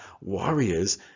Warriors